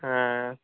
হ্যাঁ